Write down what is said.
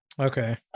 Okay